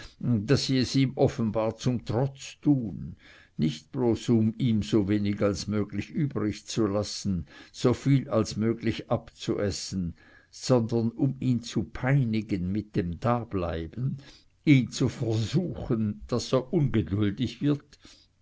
daß sie es ihm offenbar zum trotz tun nicht bloß um ihm so wenig als möglich übrig zu lassen so viel als möglich abzuessen sondern um ihn zu peinigen mit dem dableiben ihn zu versuchen daß er ungeduldig wird